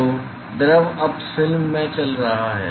तो द्रव अब फिल्म में चल रहा है